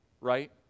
right